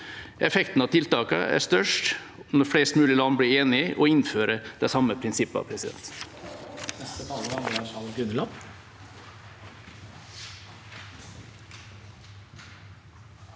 Effekten av tiltakene er størst når flest mulig land blir enige og innfører de samme prinsippene.